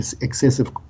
excessive